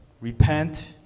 repent